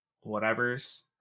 whatever's